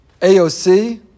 AOC